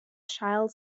child